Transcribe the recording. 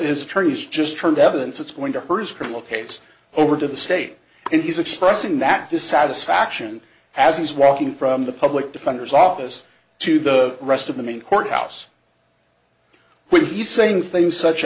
his attorneys just turned evidence it's going to her scream ok it's over to the state and he's expressing that dissatisfaction as is walking from the public defender's office to the rest of the main courthouse when he's saying things such